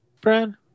Brad